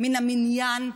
מן המניין,